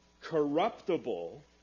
corruptible